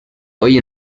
hoy